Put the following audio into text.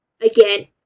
again